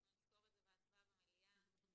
אנחנו נזכור את זה בהצבעה במליאה.